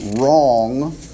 wrong